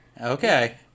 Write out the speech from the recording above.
Okay